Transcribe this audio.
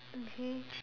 okay